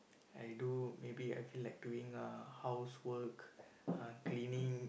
I do maybe I feel like doing uh housework uh cleaning